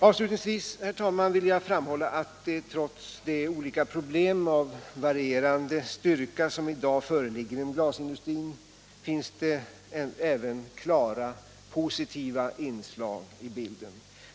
Avslutningsvis vill jag framhålla att det trots de olika problem av varierande styrka som i dag föreligger inom glasindustrin finns även klara positiva inslag i bilden.